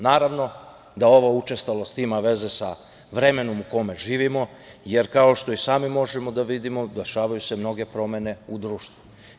Naravno da ova učestalost ima veze sa vremenom u kome živimo, jer kao što i sami možemo da vidimo, dešavaju se mnoge promene u društvu.